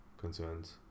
concerns